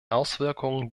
auswirkungen